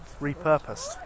repurposed